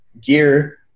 gear